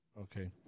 Okay